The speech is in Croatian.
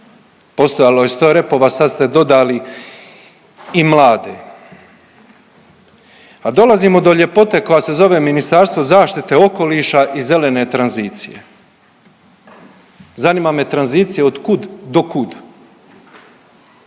Postojalo je 100 repova, sad ste dodali i mlade. A dolazimo do ljepote koja se zove ministarstvo zaštite okoliša i zelene tranzicije. Zanima me, tranzicije od kud do kud?